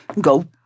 go